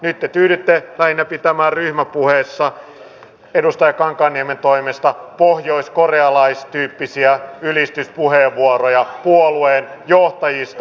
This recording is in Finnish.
nyt te tyydytte lähinnä pitämään ryhmäpuheessa edustaja kankaanniemen toimesta pohjoiskorealaistyyppisiä ylistyspuheenvuoroja puolueen johtajista